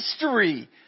history